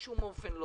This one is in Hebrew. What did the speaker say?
אני